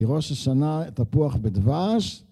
ראש השנה תפוח בדבש.